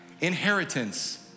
Inheritance